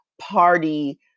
Party